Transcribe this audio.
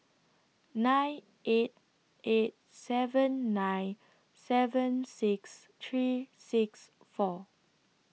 nine eight eight seven nine seven six three six four